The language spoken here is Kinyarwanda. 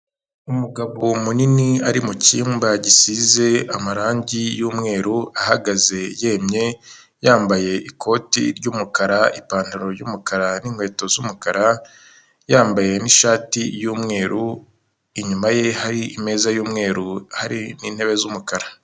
Umugabo munini ari mucyumba gisize amarangi y'umweru ahagaze yemye yambaye ikoti ry'umukara, ipantaro y'umukara n'inkweto z'umukara; yambaye n'ishati yumweru inyuma ye hari ameza y'umweru n'itebe z'umukara.